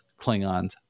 Klingons